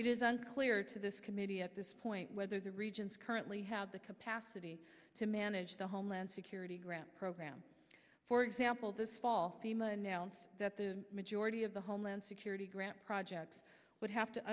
is unclear to this committee at this point whether the regions currently have the capacity to manage the homeland security grant program for example this fall team announced that the majority of the homeland security grant projects would have to